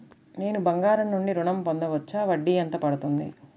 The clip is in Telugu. నేను బంగారం నుండి ఋణం పొందవచ్చా? వడ్డీ ఎంత పడుతుంది?